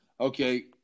okay